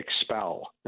expel